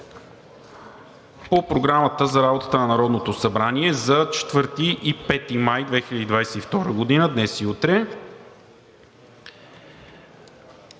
По Програмата за работата на Народното събрание за 4 и 5 май 2022 г. – днес и утре.